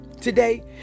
Today